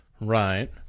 Right